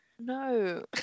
No